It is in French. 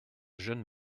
jeune